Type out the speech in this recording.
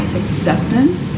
acceptance